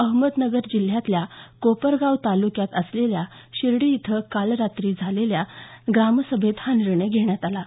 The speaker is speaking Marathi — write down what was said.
अहमदनगर जिल्ह्यातल्या कोपरगाव तालुक्यात असलेल्या शिर्डी इथं काल रात्री झालेल्या ग्रामसभेत हा निर्णय घेण्यात आला आहे